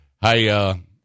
Hey